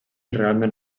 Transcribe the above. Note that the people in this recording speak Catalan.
realment